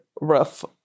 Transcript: rough